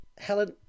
Helen